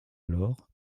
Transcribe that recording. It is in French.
alors